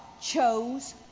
Chose